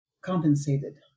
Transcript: compensated